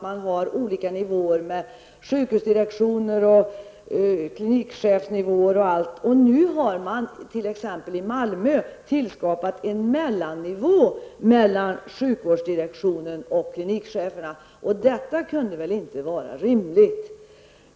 Man har olika nivåer, sjukvårdsdirektioner, klinikchefer och annat. I Malmö har man dessutom skapat en mellannivå mellan sjukvårdsdirektionen och klinikcheferna. Det kan inte vara rimligt.